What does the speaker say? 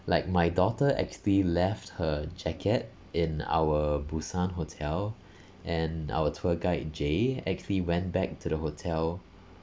like my daughter actually left her jacket in our busan hotel and our tour guide jay actually went back to the hotel